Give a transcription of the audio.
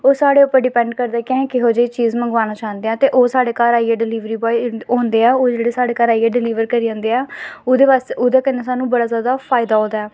ओह् साढ़े पर डिपैंड करदा कि केहो जेही चीज़ मंगवाना चांह्दे आं ते ओह् साढ़े घर आइयै डलिवरी बॉय होंदे न ओह् साढ़े घर आइयै डलीवर करी जांदे न ओह्दे कन्नै सानूं बड़ा जैदा फैदा होंदा ऐ